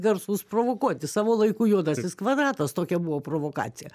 garsus provokuoti savo laiku juodasis kvadratas tokia buvo provokacija